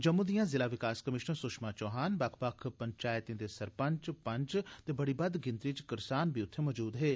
जम्मू दियां ज़िला विकास कमीश्नर सुषमा चौहान बक्ख बक्ख पंचैतें दे सरपंच पंच ते बड़ी बद्द गिनत्री च करसान बी उत्थे मजूद हे